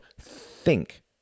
Think